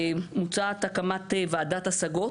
מוצעת גם ועדת הקמת השגות,